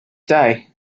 day